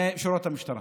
משורות המשטרה.